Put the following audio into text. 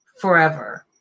forever